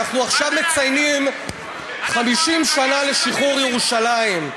אנחנו עכשיו מציינים 50 שנה לשחרור ירושלים.